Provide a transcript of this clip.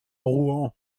rouen